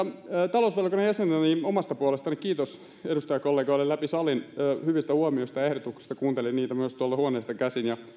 talousvaliokunnan jäsenenä omasta puolestani kiitos edustajakollegoille läpi salin hyvistä huomioista ja ehdotuksista kuuntelin niitä myös tuolta huoneesta käsin ja